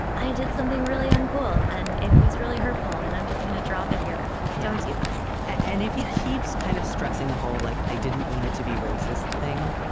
i did something really uncool. and it was really hurtful. and i'm just going to drop it here. you can see that and if he keeps kind of stressing the whole like, i didn't mean it to be racist thing.